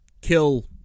kill